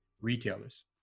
retailers